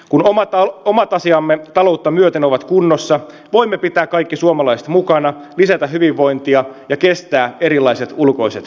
kun omat asiamme taloutta myöten ovat kunnossa voimme pitää kaikki suomalaiset mukana lisätä hyvinvointia ja kestää ulkoiset paineet